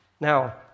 Now